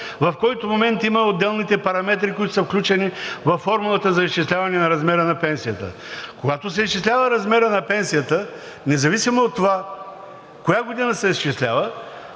в който момент има отделните параметри, които са включени във формулата за изчисляване на размера на пенсията. Когато се изчислява размерът на пенсията, независимо от това коя година се изчислява,